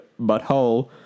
Butthole